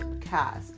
cast